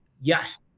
Yes